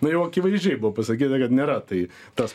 na jau akivaizdžiai buvo pasakyta kad nėra tai tas